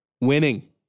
Winning